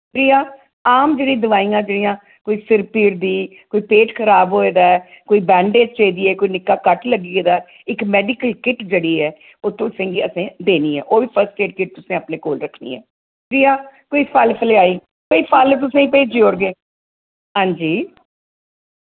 त्रीआ आम जेह्ड़ी दोआइयां जेह्ड़ी कोई सिर पीड़ दी कोई पेट खराब होए दा ऐ कोई बैंडेज चाहिदी ऐ कोई निक्का कट लग्गी गेदा ऐ इक मैडि कल किट जेह्ड़ी ऐ ओह् तुसें गी असें देनी ऐ ओह् बी फर्स्ट एड किट तुसें अपने कोल रक्खनी ऐ त्रीआ कोई फल कोई फल तुसेंगी भेजी उड़गे हांजी